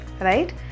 right